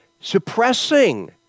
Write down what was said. suppressing